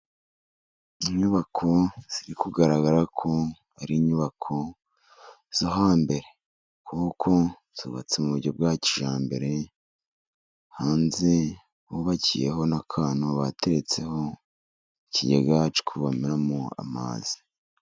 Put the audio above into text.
Inyubako ziri kugaragara ko, ari inyubako zo hambere, kuko zubatse mu buryo bwa kijyambere, hanze hubakiyeho n'akantu, bateretseho ikigega cyo kuvomeramo amazi.